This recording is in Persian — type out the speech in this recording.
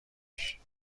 بهش